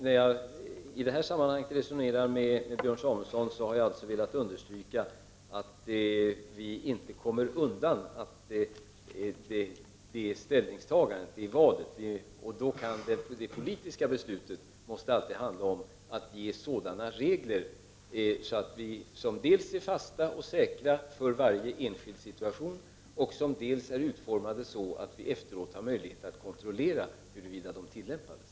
När jag i detta sammanhang resonerar med Björn Samuelson har jag alltså velat understryka att vi inte kommer undan det ställningstagandet, och då måste det politiska beslutet alltid handla om att ge regler som dels är fasta och säkra i varje enskild situation, dels är utformade så att vi efteråt har möjlighet att kontrollera huruvida de har tillämpats.